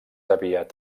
aviat